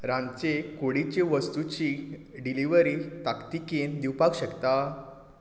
रांदची कुडींची वस्तूची डिलिव्हरी ताकतिकेन दिवपाक शकता